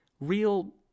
real